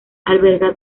alberga